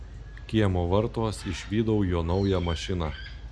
kiemo vartuos išvydau jo naują mašiną